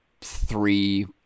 three